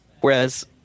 Whereas